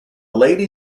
lady